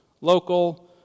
Local